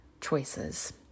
choices